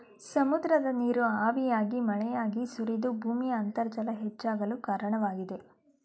ಸಮುದ್ರದ ನೀರು ಹಾವಿಯಾಗಿ ಮಳೆಯಾಗಿ ಸುರಿದು ಭೂಮಿಯ ಅಂತರ್ಜಲ ಹೆಚ್ಚಾಗಲು ಕಾರಣವಾಗಿದೆ